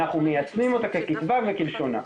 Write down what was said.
אנחנו מיישמים אותה ככתבה וכלשונה.